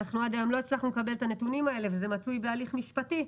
עד היום לא הצלחנו לקבל את הנתונים האלה וזה מצוי בהליך משפטי.